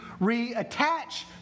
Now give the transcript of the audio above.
reattach